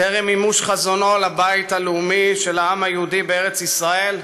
טרם מימוש חזונו לבית הלאומי של העם היהודי בארץ-ישראל.